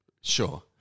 sure